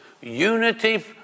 unity